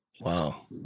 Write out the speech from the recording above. Wow